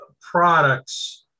products